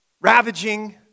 ravaging